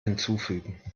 hinzufügen